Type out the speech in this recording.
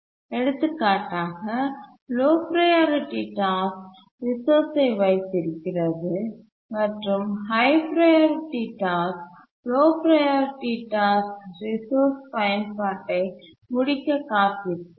எடுத்துக்காட்டாக low priority task ரிசோர்ஸ்சை வைத்திருக்கிறது மற்றும் high priority task low priority task resource பயன்பாட்டை முடிக்க காத்திருக்கிறது